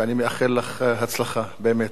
ואני מאחל לך הצלחה, באמת.